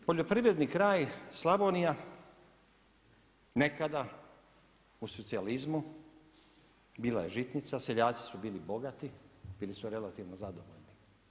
Poljoprivredni kraj Slavonija, nekada, u socijalizmu, bila je žitnica, seljaci su bili bogati, bili su relativno zadovoljni.